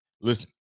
listen